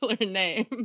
name